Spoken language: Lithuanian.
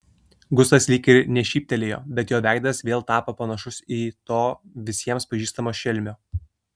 gustas lyg ir nešyptelėjo bet jo veidas vėl tapo panašus į to visiems pažįstamo šelmio